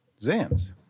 Zans